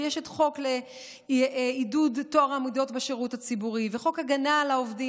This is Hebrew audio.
ויש את החוק לעידוד טוהר המידות בשירות הציבורי וחוק הגנה על העובדים,